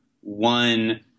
one